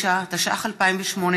9), התשע"ח 2018,